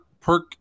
Perk